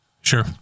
Sure